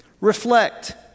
Reflect